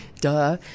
Duh